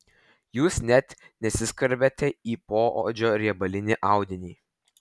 jūs net nesiskverbėte į poodžio riebalinį audinį